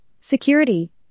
security